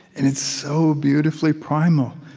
it's so beautifully primal.